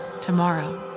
tomorrow